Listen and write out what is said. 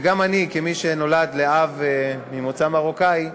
וגם אני, כמי שנולד לאב ממוצא מרוקאי,